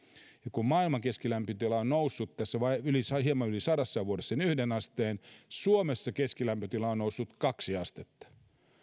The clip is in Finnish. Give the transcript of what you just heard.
kun maailman keskilämpötila on noussut tässä hieman yli sadassa vuodessa sen yhden asteen suomessa keskilämpötila on noussut kaksi astetta